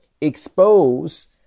expose